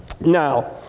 now